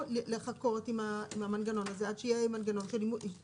או לחכות עם המנגנון הזה עד שיהיה מנגנון של עיצומים